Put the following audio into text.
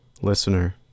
listener